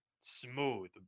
smooth